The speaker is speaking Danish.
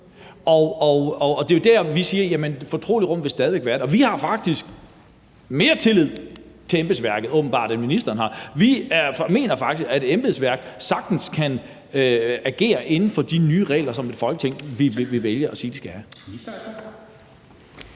og det er jo der, vi siger, at det fortrolige rum stadig væk vil være der. Og vi har faktisk mere tillid til embedsværket, åbenbart, end ministeren har. Vi mener faktisk, at et embedsværk sagtens kan agere inden for de nye regler, som et Folketing ville vælge at sige de skal.